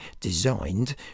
designed